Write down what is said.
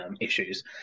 issues